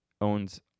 owns